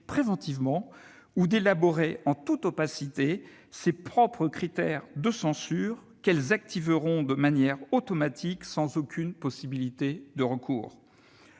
ou à élaborer, en toute opacité, leurs propres critères de censure qu'elles activeront de manière automatique, sans aucune possibilité de recours.